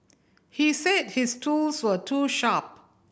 he said his tools were too sharp